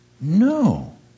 No